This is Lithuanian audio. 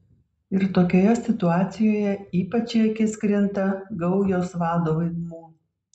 ir tokioje situacijoje ypač į akis krinta gaujos vado vaidmuo